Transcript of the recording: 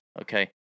okay